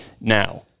Now